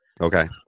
Okay